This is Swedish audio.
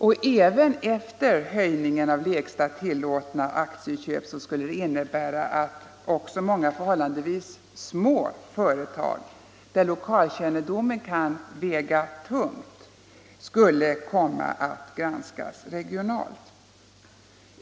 Och även efter höjningen av lägsta tillåtna aktiekapital skulle det innebära att även många förhållandevis små företag, där lokalkännedomen kan väga tungt, skulle komma att granskas regionalt.